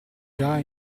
già